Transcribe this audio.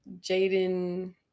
Jaden